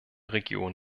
region